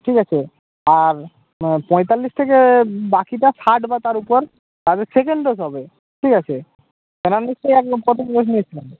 ঠিক আছে আর পঁয়তাল্লিশ থেকে বাকিটা ষাট বা তার উপর তাদের সেকেন্ড ডোজ হবে ঠিক আছে প্রথম ডোজ